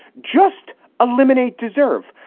just eliminate deserve.